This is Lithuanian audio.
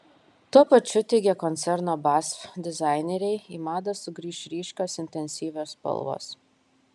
tuo pačiu teigia koncerno basf dizaineriai į madą sugrįš ryškios intensyvios spalvos